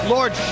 Lord